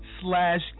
slash